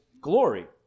glory